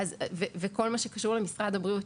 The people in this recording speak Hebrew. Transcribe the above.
כל מה שקשור למשרד הבריאות,